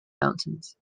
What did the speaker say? mountains